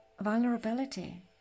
vulnerability